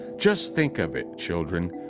just think of it, children,